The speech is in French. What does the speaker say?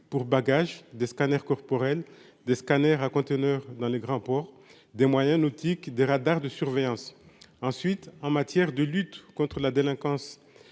pour bagages des scanners corporels des scanners à conteneurs dans les grands ports des moyens nautiques des radars de surveillance ensuite en matière de lutte contre la délinquance